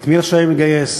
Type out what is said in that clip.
את מי רשאים לגייס,